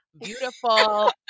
beautiful